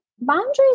Boundaries